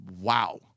Wow